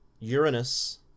Uranus